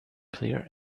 clear